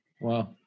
Wow